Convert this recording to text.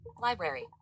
library